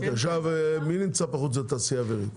עכשיו מי נמצא פה חוץ מהתעשייה האווירית?